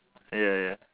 ya ya